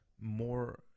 more